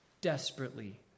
Desperately